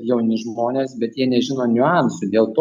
jauni žmonės bet jie nežino niuansų dėl to kyla